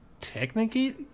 technically